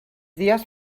dies